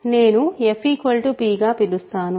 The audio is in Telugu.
నేను f p గా పిలుస్తాను